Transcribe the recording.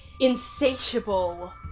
insatiable